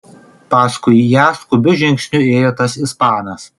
paskui ją skubiu žingsniu ėjo tas ispanas